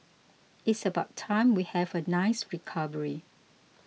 it's about time we have a nice recovery